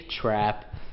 trap